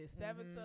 Seven